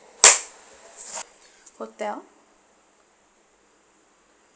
hotel